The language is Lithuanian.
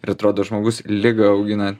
ir atrodo žmogus ligą augina